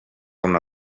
una